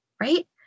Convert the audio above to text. right